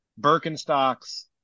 Birkenstocks